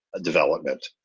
development